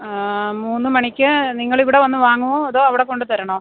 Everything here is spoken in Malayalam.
ആ മൂന്നു മണിക്ക് നിങ്ങളിവിടെ വന്ന് വാങ്ങുകയോ അതോ അവിടെ കൊണ്ടു തരണമോ